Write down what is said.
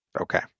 Okay